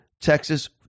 Texas